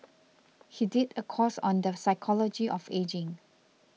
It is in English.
he did a course on the psychology of ageing